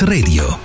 Radio